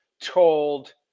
told